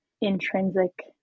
intrinsic